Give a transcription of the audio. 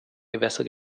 gewässer